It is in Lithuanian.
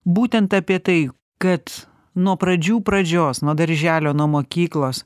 būtent apie tai kad nuo pradžių pradžios nuo darželio nuo mokyklos